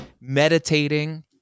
meditating